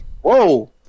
Whoa